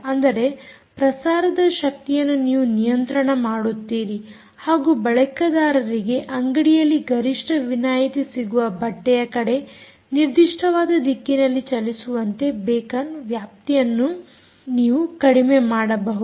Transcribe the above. ಅಂದರೆ ಪ್ರಸಾರದ ಶಕ್ತಿಯನ್ನು ನೀವು ನಿಯಂತ್ರಣ ಮಾಡುತ್ತೀರಿ ಹಾಗೂ ಬಳಕೆದಾರರಿಗೆ ಅಂಗಡಿಯಲ್ಲಿ ಗರಿಷ್ಠ ವಿನಾಯಿತಿ ಸಿಗುವ ಬಟ್ಟೆಯ ಕಡೆ ನಿರ್ದಿಷ್ಟ ವಾದ ದಿಕ್ಕಿನಲ್ಲಿ ಚಲಿಸುವಂತೆ ಬೇಕನ್ ವ್ಯಾಪ್ತಿಯನ್ನು ನೀವು ಕಡಿಮೆ ಮಾಡಬಹುದು